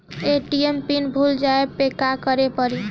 ATM PIN भूल जाए पे का करे के पड़ी?